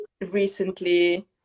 recently